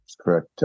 correct